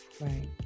Right